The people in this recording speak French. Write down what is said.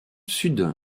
sud